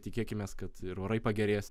tikėkimės kad ir orai pagerės